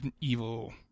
evil